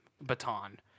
baton